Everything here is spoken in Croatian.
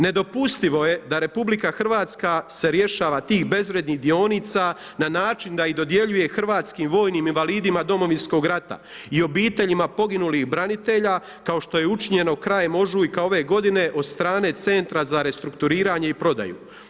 Nedopustivo je da RH se rješava tih bezvrijednih dionica na način da ih dodjeljuje hrvatskim vojnim invalidima Domovinskog rata i obiteljima poginulih branitelja kao što je učinjeno krajem ožujka ove godine od strane Centra za restrukturiranje i prodaju.